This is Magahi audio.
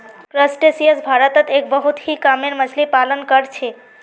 क्रस्टेशियंस भारतत एक बहुत ही कामेर मच्छ्ली पालन कर छे